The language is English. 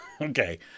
Okay